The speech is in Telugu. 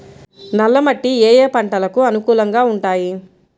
నల్ల మట్టి ఏ ఏ పంటలకు అనుకూలంగా ఉంటాయి?